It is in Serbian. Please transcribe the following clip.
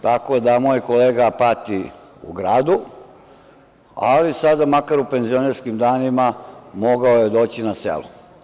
Tako da moj kolega pati u gradu, ali sada makar u penzionerskim danima mogao je doći na selo.